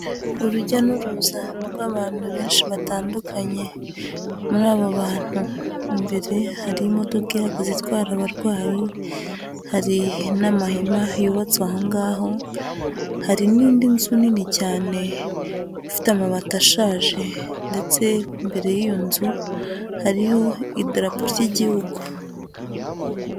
Urujya n'uruza rw'abantu benshi batandukanye, muri abo bantu imbere hari imodoka ihagaze itwara abarwayi, hari n'amahema yubatswe aho ngaho, hari n'indi nzu nini cyane ifite amabati ashaje ndetse imbere y'iyo nzu hariho idarapo ry'igihugu.